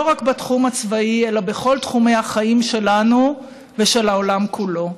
לא רק בתחום הצבאי אלא בכל תחומי החיים שלנו ושל העולם כולו,